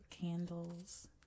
candles